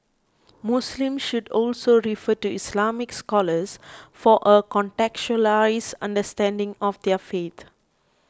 muslims should also refer to Islamic scholars for a contextualised understanding of their faith